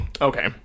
Okay